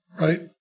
right